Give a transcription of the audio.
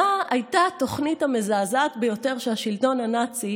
מה הייתה התוכנית המזעזעת ביותר שהשלטון הנאצי